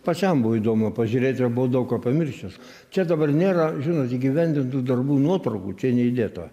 pačiam buvo įdomu pažiūrėt buvo daug ko pamiršęs čia dabar nėra žinot įgyvendintų darbų nuotraukų čia neįdėta